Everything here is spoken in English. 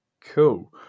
Cool